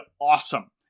awesome